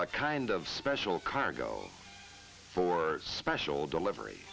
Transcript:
kind of special cargo for special delivery